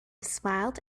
smiled